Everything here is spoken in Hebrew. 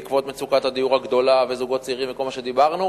בעקבות מצוקת הדיור הגדולה וזוגות צעירים וכל מה שדיברנו,